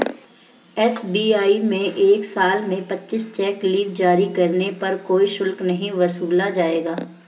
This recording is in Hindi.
एस.बी.आई में एक साल में पच्चीस चेक लीव जारी करने पर कोई शुल्क नहीं वसूला जाएगा